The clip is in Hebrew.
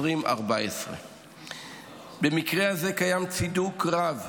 2014. במקרה הזה קיים צידוק רב,